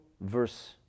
verse